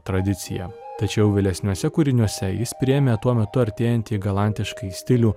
tradicija tačiau vėlesniuose kūriniuose jis priėmė tuo metu artėjantį galantiškąjį stilių